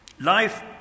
Life